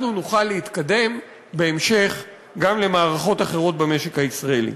אנחנו נוכל להתקדם בהמשך גם למערכות אחרות במשק הישראלי.